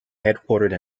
headquartered